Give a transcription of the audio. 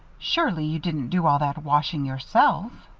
surely you didn't do all that washing yourself?